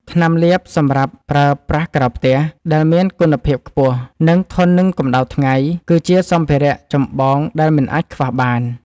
ថ្នាំលាបសម្រាប់ប្រើប្រាស់ក្រៅផ្ទះ ដែលមានគុណភាពខ្ពស់ និងធន់នឹងកម្ដៅថ្ងៃ គឺជាសម្ភារៈចម្បងដែលមិនអាចខ្វះបាន។